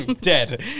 Dead